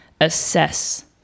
assess